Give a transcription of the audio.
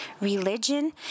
religion